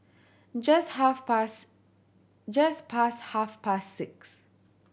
just half past just past half past six